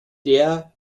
der